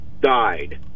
died